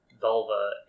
vulva